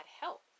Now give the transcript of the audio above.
help